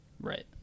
right